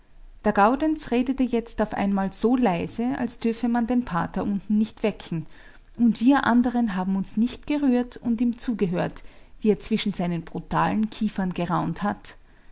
der gaudenz redete jetzt auf einmal so leise als dürfe man den pater unten nicht wecken und wir andern haben uns nicht gerührt und ihm zugehört wie er zwischen seinen brutalen kiefern geraunt hat